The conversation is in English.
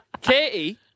Katie